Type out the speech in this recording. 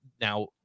now